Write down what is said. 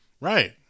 Right